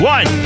One